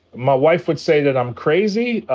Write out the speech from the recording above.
my wife would say that i'm crazy. i